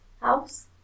house